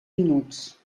minuts